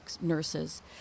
nurses